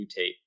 mutate